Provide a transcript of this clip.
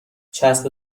چسب